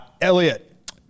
Elliot